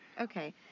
Okay